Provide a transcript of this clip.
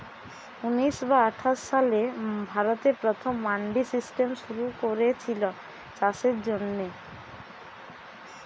ঊনিশ শ আঠাশ সালে ভারতে প্রথম মান্ডি সিস্টেম শুরু কোরেছিল চাষের জন্যে